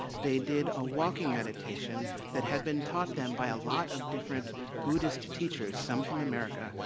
they did a walking meditation that had been taught them by a lot of different buddhist teachers, some from america,